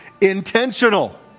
intentional